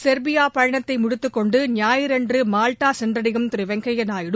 Serbia பயனத்தை முடித்துக்கொண்டு ஞாயிறன்று மால்டா சென்றடையும் திரு வெங்கைய்யா நாயுடு